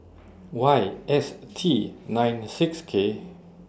Y S T nine six K